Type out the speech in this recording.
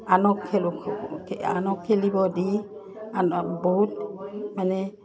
আনক আনক খেলিব দি আনক বহুত মানে